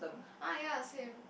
ah ya same